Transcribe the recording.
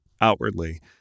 outwardly